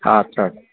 आदसा